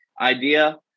idea